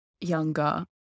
younger